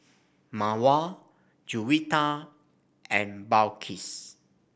Mawar Juwita and Balqis